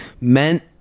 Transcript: meant